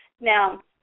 Now